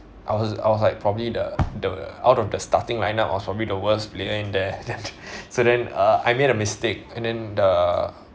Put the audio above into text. I was I was like probably the the out of the starting lineup or probably the worst player in there that so then uh I made a mistake and then the